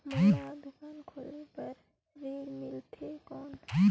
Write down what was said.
मोला दुकान खोले बार ऋण मिलथे कौन?